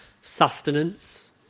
sustenance